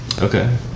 Okay